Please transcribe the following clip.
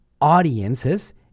audiences